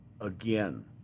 again